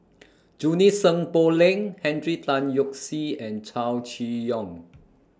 Junie Sng Poh Leng Henry Tan Yoke See and Chow Chee Yong